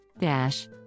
Dash